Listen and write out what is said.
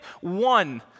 one